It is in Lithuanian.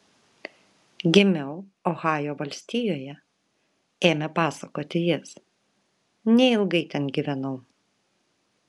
gimiau ohajo valstijoje ėmė pasakoti jis neilgai ten gyvenau